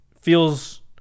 feels